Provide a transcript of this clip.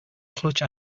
clutch